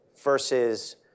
versus